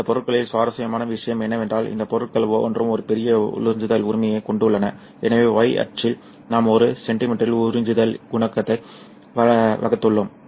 இந்த பொருட்களில் சுவாரஸ்யமான விஷயம் என்னவென்றால் இந்த பொருட்கள் ஒவ்வொன்றும் ஒரு பெரிய உறிஞ்சுதல் உரிமையைக் கொண்டுள்ளன எனவே Y அச்சில் நாம் ஒரு சென்டிமீட்டரில் உறிஞ்சுதல் குணகத்தை வகுத்துள்ளோம்